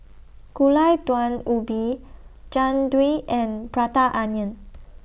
Gulai Daun Ubi Jian Dui and Prata Onion